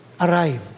arrived